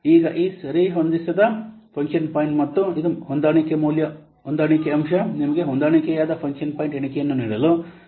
ಈಗ ಈ ಹೊಂದಿಸದ ಫಂಕ್ಷನ್ ಪಾಯಿಂಟ್ ಮತ್ತು ಇದು ಹೊಂದಾಣಿಕೆ ಮೌಲ್ಯ ಹೊಂದಾಣಿಕೆ ಅಂಶ ನಿಮಗೆ ಹೊಂದಾಣಿಕೆಯಾದ ಫಂಕ್ಷನ್ ಪಾಯಿಂಟ್ ಎಣಿಕೆಯನ್ನು ನೀಡಲು ಅವುಗಳನ್ನು ಗುಣಿಸಲಾಗುತ್ತದೆ